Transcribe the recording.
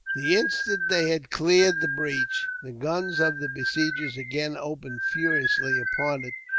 the instant they had cleared the breach, the guns of the besiegers again opened furiously upon it,